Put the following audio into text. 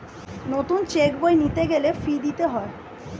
নতুন চেক বই নিতে গেলে ফি দিতে হয়